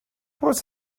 was